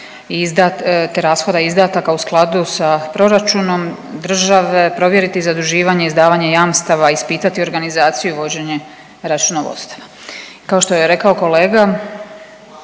te rashoda i izdataka u skladu sa proračunom države, provjeriti zaduživanje, izdavanje jamstava, ispitati organizaciju i vođenje računovodstva. Kao što je rekao kolega